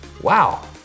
Wow